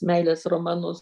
meilės romanus